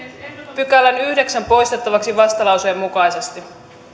pykälän poistettavaksi vastalauseen mukaisesti